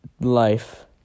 life